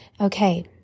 okay